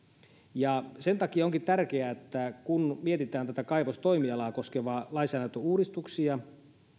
sen takia onkin tärkeää että kun mietitään tätä kaivostoimialaa koskevia lainsäädäntöuudistuksia